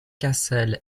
cassel